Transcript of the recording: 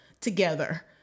together